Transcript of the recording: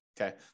Okay